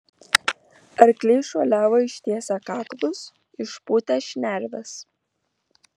arkliai šuoliavo ištiesę kaklus išpūtę šnerves